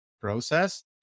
process